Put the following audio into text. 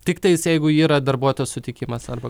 tiktais jeigu yra darbuotojo sutikimas arba